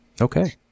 Okay